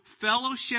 fellowship